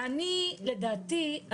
לדעתי,